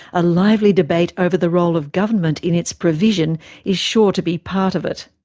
a lively debate over the role of government in its provision is sure to be part of it.